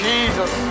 Jesus